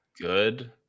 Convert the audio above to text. good